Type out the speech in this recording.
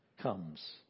comes